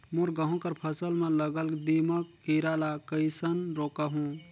मोर गहूं कर फसल म लगल दीमक कीरा ला कइसन रोकहू?